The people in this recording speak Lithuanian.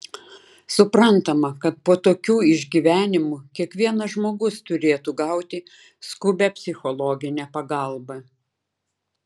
suprantama kad po tokių išgyvenimų kiekvienas žmogus turėtų gauti skubią psichologinę pagalbą